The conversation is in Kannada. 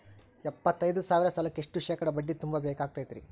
ಎಪ್ಪತ್ತೈದು ಸಾವಿರ ಸಾಲಕ್ಕ ಎಷ್ಟ ಶೇಕಡಾ ಬಡ್ಡಿ ತುಂಬ ಬೇಕಾಕ್ತೈತ್ರಿ?